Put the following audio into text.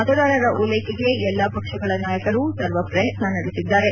ಮತದಾರರ ಓಲ್ಯೆಕೆಗೆ ಎಲ್ಲ ಪಕ್ಷಗಳ ನಾಯಕರು ಸರ್ವ ಪ್ರಯತ್ತ ನಡೆಸಿದ್ದಾರೆ